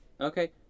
okay